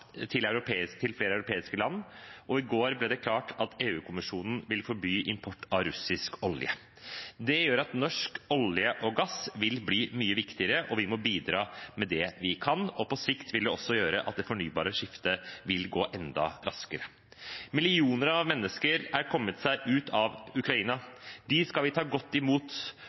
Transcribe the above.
til flere europeiske land, og i går ble det klart at EU-kommisjonen vil forby import av russisk olje. Det gjør at norsk olje og gass vil bli mye viktigere, og vi må bidra med det vi kan. På sikt vil det også gjøre at det fornybare skiftet vil gå enda raskere. Millioner av mennesker har kommet seg ut av Ukraina. Dem skal vi ta godt imot,